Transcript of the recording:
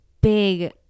big